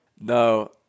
No